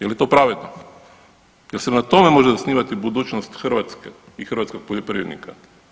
Je li to pravedno, je li se na tome može osnivati budućnost Hrvatske i hrvatskog poljoprivrednika?